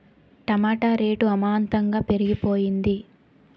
టమాట rate అమాంతంగా పెరిగిపోయింది